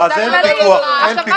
ועל זה אין פיקוח פרלמנטרי.